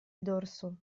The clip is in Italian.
dorso